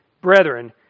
Brethren